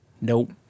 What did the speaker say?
Nope